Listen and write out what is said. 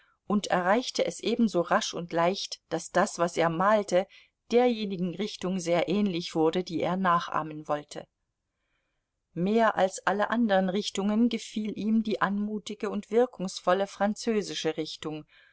und erreichte es ebenso rasch und leicht daß das was er malte derjenigen richtung sehr ähnlich wurde die er nachahmen wollte mehr als alle anderen richtungen gefiel ihm die anmutige und wirkungsvolle französische richtung